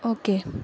okay